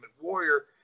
Warrior